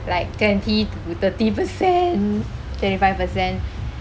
like twenty to thirty percent twenty five percent